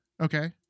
Okay